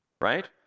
Right